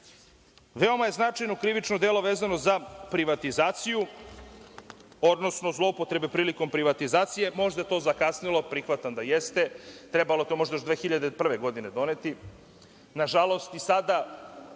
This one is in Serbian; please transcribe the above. je značajno krivično delo vezano za privatizaciju, odnosno zloupotrebe prilikom privatizacije. Možda je to zakasnelo, prihvatam da jeste, trebalo je to možda još 2001. godine doneti. Nažalost, i sada,